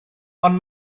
ond